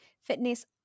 fitness